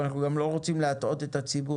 אבל אנחנו גם לא רוצים להטעות את הציבור.